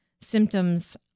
symptoms